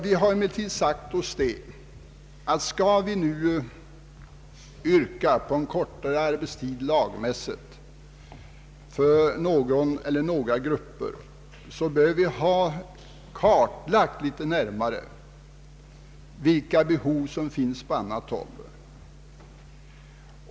Vi har emellertid sagt oss, att skall vi nu yrka på en kortare arbetstid lagmässigt för någon eller Ang. allmän arbetstidslag, m.m. några grupper, bör vi litet närmare ha kartlagt vilka behov som finns på olika håll.